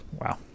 wow